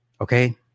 Okay